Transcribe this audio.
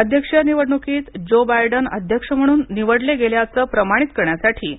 अध्यक्षीय निवडणुकीत Joe Biden अध्यक्ष म्हणून निवडले गेल्याचे प्रमाणित करण्यासाठी